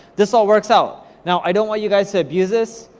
this all works out. now, i don't want you guys to abuse this,